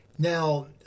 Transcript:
Now